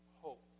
hope